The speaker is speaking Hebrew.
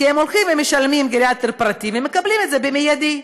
כי הם הולכים ומשלמים לגריאטר פרטי ומקבלים את זה במיידי.